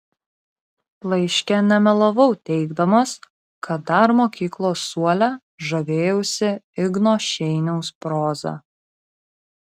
laiške nemelavau teigdamas kad dar mokyklos suole žavėjausi igno šeiniaus proza